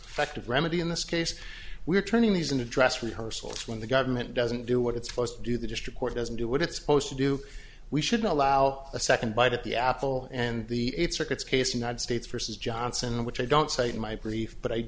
effect of remedy in this case we're turning these in a dress rehearsal when the government doesn't do what it's supposed to do the district court doesn't do what it's supposed to do we should allow a second bite at the apple and the circuits case united states versus johnson which i don't cite in my brief but i